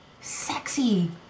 sexy